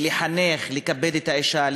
לחנך לכבד את האישה,